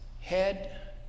head